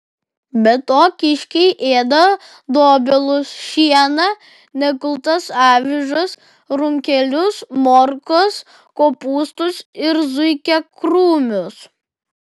be to kiškiai ėda dobilus šieną nekultas avižas runkelius morkas kopūstus ir zuikiakrūmius